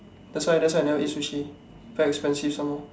that's why that's why I never eat sushi very expensive some more